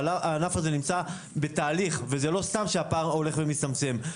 הענף הזה נמצא בתהליך וזה לא סתם שהפער הולך ומצטמצם.